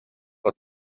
but